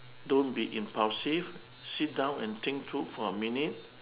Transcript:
don't be impulsive sit down and think through for a minute